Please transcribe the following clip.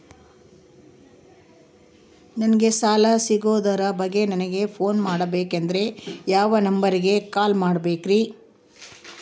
ನಂಗೆ ಸಾಲ ಸಿಗೋದರ ಬಗ್ಗೆ ನನ್ನ ಪೋನ್ ಮಾಡಬೇಕಂದರೆ ಯಾವ ನಂಬರಿಗೆ ಕಾಲ್ ಮಾಡಬೇಕ್ರಿ?